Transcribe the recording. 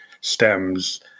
stems